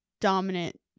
dominant